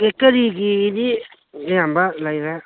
ꯕꯦꯛꯀꯔꯤꯒꯤꯗꯤ ꯑꯌꯥꯝꯕ ꯂꯩꯔꯦ